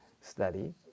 study